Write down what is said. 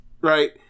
Right